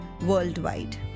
worldwide